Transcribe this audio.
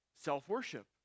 Self-worship